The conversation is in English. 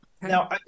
Now